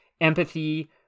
empathy